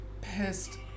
pissed